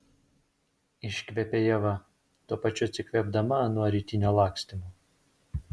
iškvepia ieva tuo pačiu atsikvėpdama nuo rytinio lakstymo